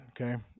okay